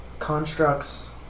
Constructs